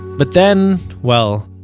but then, well,